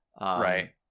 Right